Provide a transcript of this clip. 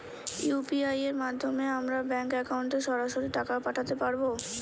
UPI এর মাধ্যমে আমরা ব্যাঙ্ক একাউন্টে সরাসরি টাকা পাঠাতে পারবো?